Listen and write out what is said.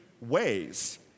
ways